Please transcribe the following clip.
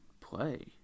play